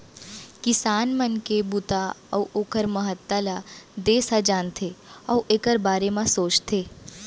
किसान मन के बूता अउ ओकर महत्ता ल देस ह जानथे अउ एकर बारे म सोचथे